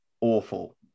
awful